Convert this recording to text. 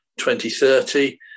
2030